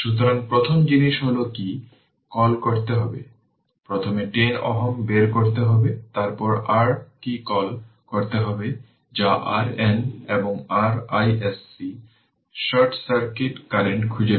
সুতরাং এই চিত্র 12টি একটি রেজিস্টর এবং ইন্ডাক্টর এর সিরিজ কানেকশন দেখায়